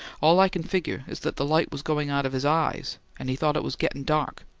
all i can figure is that the light was going out of his eyes, an' he thought it was gettin' dark,